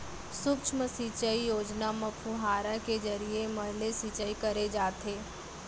सुक्ष्म सिंचई योजना म फुहारा के जरिए म ले सिंचई करे जाथे